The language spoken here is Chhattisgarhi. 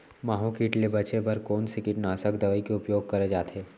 माहो किट ले बचे बर कोन से कीटनाशक दवई के उपयोग करे जाथे?